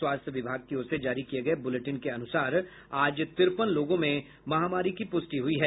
स्वास्थ्य विभाग की ओर से जारी किये गये बुलेटिन के अनुसार आज तिरपन लोगों में महामारी की पुष्टि हुई है